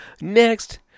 Next